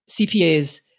CPAs